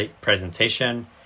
presentation